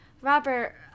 Robert